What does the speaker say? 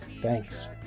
Thanks